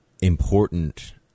important